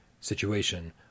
situation